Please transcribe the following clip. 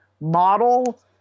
model